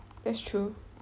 that's true